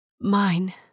Mine